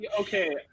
Okay